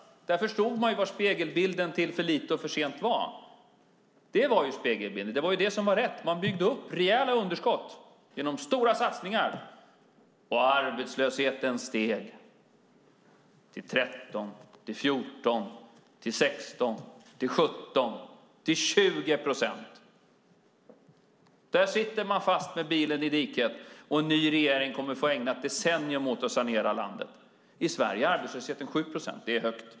Där förstod man vad spegelbilden till för lite och för sent var. Detta var spegelbilden; det var det som var rätt. Man byggde upp rejäla underskott genom stora satsningar, och arbetslösheten steg till 13, till 14, till 16, till 17 och till 20 procent. Där sitter man fast med bilen i diket, och en ny regering kommer att få ägna ett decennium åt att sanera landet. I Sverige är arbetslösheten 7 procent. Det är högt.